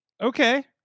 Okay